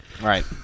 Right